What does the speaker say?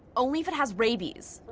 only if it has rabies.